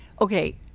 Okay